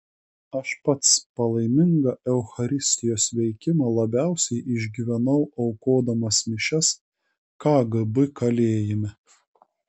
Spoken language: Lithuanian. aš pats palaimingą eucharistijos veikimą labiausiai išgyvenau aukodamas mišias kgb kalėjime